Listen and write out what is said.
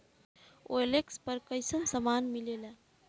OLX पर कइसन सामान मीलेला?